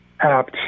apt